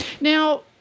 Now